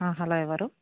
hello ఎవరు